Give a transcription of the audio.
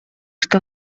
что